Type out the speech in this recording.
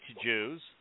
Jews